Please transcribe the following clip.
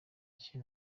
cye